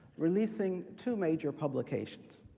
releasing two major publications.